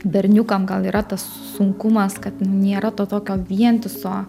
berniukam gal yra tas sunkumas kad nėra to tokio vientiso